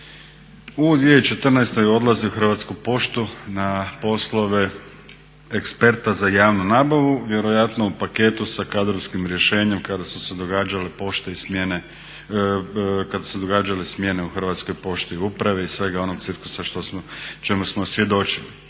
U 2014. odlazi u Hrvatsku poštu na poslove eksperta za javnu nabavu vjerojatno u paketu sa kadrovskim rješenjem kada su se događale pošte i smjene, kada su se događale smjene u Hrvatskoj pošti i upravi i svega onog cirkusa čemu smo svjedočili.